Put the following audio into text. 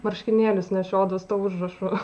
marškinėlius nešiodavo su tuo užrašu